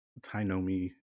Tainomi